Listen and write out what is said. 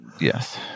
Yes